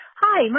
Hi